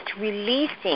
releasing